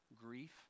Grief